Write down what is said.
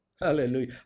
hallelujah